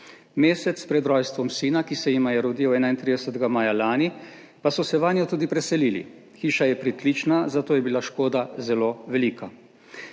Mesec pred rojstvom sina, ki se jima je rodil 31. maja lani, pa so se vanjo tudi preselili. Hiša je pritlična, zato je bila škoda zelo velika.